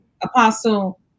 apostle